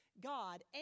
God